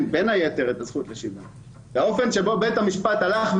את הזכות לשוויון והאופן שבו הוא הרחיב